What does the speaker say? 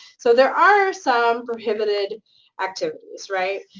so there are some prohibited activities, right?